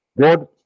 god